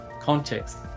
context